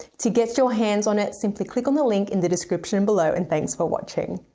to get your hands on it, simply click on the link in the description below and thanks for watching.